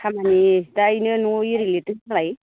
खामानि दा जिनो न' एरि लिरदों होनलाय